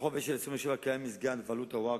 ברחוב אשל 27 קיים מסגד בבעלות הווקף,